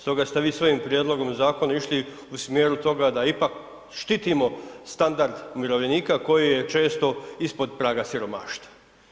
Stoga ste vi s ovim prijedlogom zakona išli u smjeru toga da ipak štitimo standard umirovljenika koji je često ispod praga siromaštva.